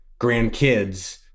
grandkids